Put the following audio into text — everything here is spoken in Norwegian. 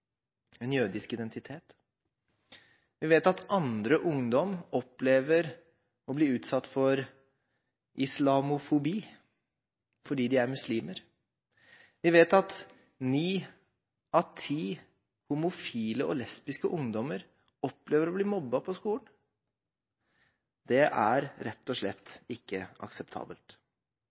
en jødisk identitet. Jeg vet at andre ungdommer opplever å bli utsatt for islamofobi fordi de er muslimer. Vi vet at ni av ti homofile og lesbiske ungdommer opplever å bli mobbet på skolen. Det er rett og